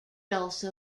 also